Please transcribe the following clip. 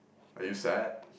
are you sad